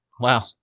Wow